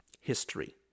History